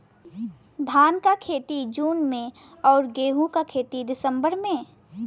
धान क खेती जून में अउर गेहूँ क दिसंबर में?